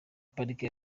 parike